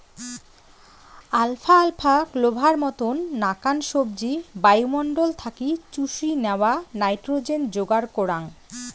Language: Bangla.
আলফা আলফা, ক্লোভার মতন নাকান সবজি বায়ুমণ্ডল থাকি চুষি ন্যাওয়া নাইট্রোজেন যোগার করাঙ